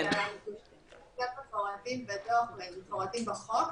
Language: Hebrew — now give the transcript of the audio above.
הנתונים שכן מפורטים בדוח מפורטים בחוק,